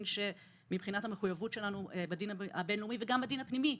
שמבחינת המחויבות שלנו בדין הבין-לאומי וגם בדין הפנימי,